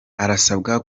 arasabwa